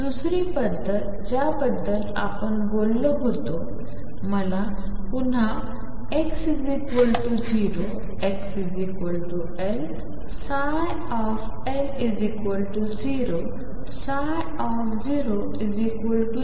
दुसरी पद्धत ज्याबद्दल आपण बोललो होतो मला पुन्हा x0 xL L0 00